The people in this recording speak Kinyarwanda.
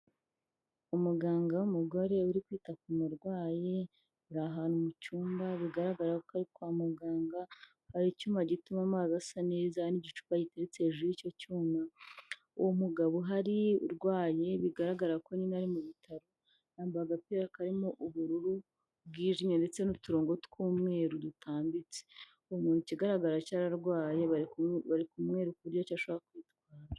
Umuganga w'umugore uri kwita ku murwayi uri ahantu mu cyumba bigaragara ko ari kwa muganga hari icyuma gituma amazi asa neza n'igicupa giteretse hejuru y'icyo cyuma uwo mugabo hari urwaye bigaragara ko nyine ari mu bitaro yambaye agapira karimo ubururu bwijimye ndetse n'uturongo tw'umweru dutambitse umuntu ikigaragara cyo ararwaye bari kumwereka kuburyo adashaka kwitwara.